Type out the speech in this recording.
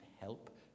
help